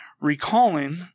recalling